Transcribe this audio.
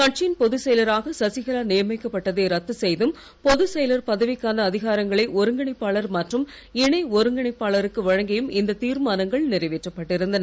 கட்சியின் பொதுச்செயலராக சசிகலா நியமிக்கப்பட்டதை ரத்து செய்தும் பொதுச்செயலர் அதிகாரங்களை ஒருங்கிணைப்பாளர் பதவிக்கான மற்றும் இணை ஒருங்கிணைப்பாளருக்கு வழங்கியும் இந்தத் திர்மானங்கள் நிறைவேற்றப் பட்டிருந்தன